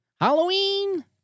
Halloween